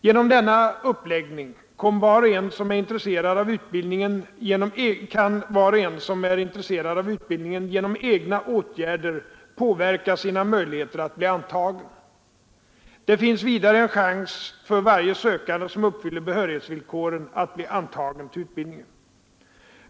Genom denna uppläggning kan var och en som är intresserad av utbildningen genom egna åtgärder påverka sina möjligheter att bli 119 antagen. Det finns vidare en chans för varje sökande som uppfyller behörighetsvillkoren att bli antagen till utbildningen.